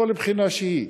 מכל בחינה שהיא: